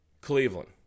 Cleveland